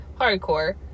hardcore